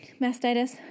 mastitis